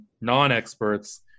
non-experts